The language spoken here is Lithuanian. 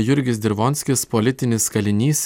jurgis dirvonskis politinis kalinys